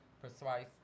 precise